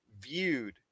viewed